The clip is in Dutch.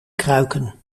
kruiken